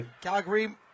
Calgary